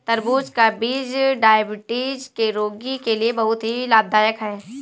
तरबूज का बीज डायबिटीज के रोगी के लिए बहुत ही लाभदायक है